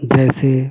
जैसे